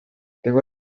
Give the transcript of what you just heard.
tengo